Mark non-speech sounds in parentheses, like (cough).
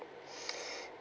(breath)